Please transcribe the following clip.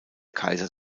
kaiser